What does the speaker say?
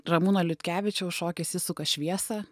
ramūno liutkevičiaus šokis išsuka šviesą